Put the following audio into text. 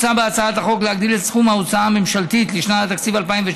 בהצעת החוק מוצע להגדיל את סכום ההוצאה הממשלתית לשנת התקציב 2019